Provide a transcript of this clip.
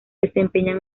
desempeña